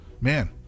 Man